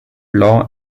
law